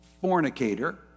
fornicator